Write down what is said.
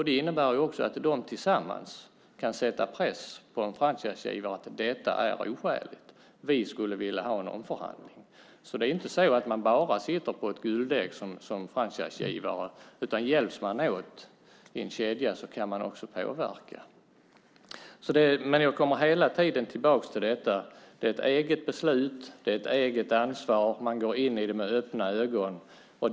Det innebär också att de tillsammans kan sätta press på en franchisegivare att detta är oskäligt och att man skulle vilja ha en omförhandling. Som franchisegivare sitter man inte bara på ett guldägg. Hjälps man åt i en kedja kan man också påverka. Jag kommer hela tiden tillbaka till att det är ett eget beslut. Det är ett eget ansvar. Man går in i det med öppna ögon.